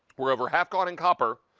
we're over half gone in copper,